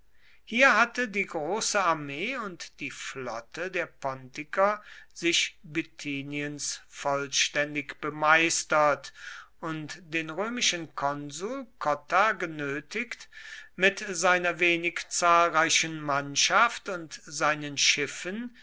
hier hatte die große armee und die flotte der pontiker sich bithyniens vollständig bemeistert und den römischen konsul cotta genötigt mit seiner wenig zahlreichen mannschaft und seinen schiffen